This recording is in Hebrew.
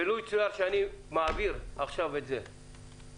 לו יצויר שאני מעביר עכשיו את זה ונותן